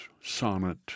Sonnet